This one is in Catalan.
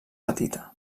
petita